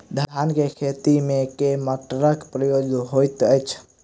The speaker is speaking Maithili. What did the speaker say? धान केँ खेती मे केँ मोटरक प्रयोग होइत अछि?